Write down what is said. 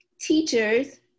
teachers